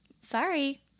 Sorry